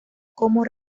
como